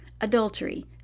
adultery